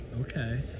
Okay